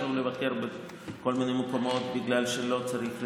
שיכלו לבקר בכל מיני מקומות בגלל שלא צריך לשלם.